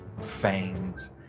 fangs